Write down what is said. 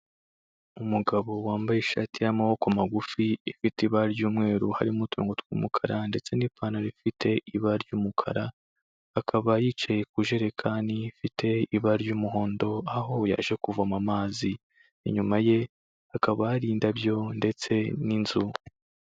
Umugabo wambaye ishati y'amaboko magufi, ifite ibara ry'umweru harimo uturongo tw'umukara, ndetse n'ipantaro ifite ibara ry'umukara, akaba yicaye ku ijerekani ifite ibara ry'umuhondo, aho yaje kuvoma amazi, inyuma ye hakaba hari indabyo ndetse n'inzu.